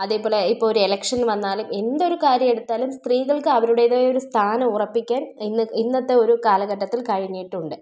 അതേപോലെ ഇപ്പോൾ ഒരു എലക്ഷൻ വന്നാലും എന്തൊരു കാര്യം എടുത്താലും സ്ത്രീകൾക്ക് അവരുടേതായ ഒരു സ്ഥാനം ഉറപ്പിക്കാൻ എന്ന് ഇന്നത്തെ ഒരു കാലഘട്ടത്തിൽ കഴിഞ്ഞിട്ടുണ്ട്